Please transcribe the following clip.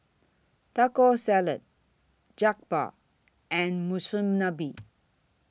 Taco Salad Jokbal and Monsunabe